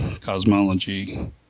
Cosmology